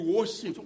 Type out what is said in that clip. worship